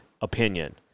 opinion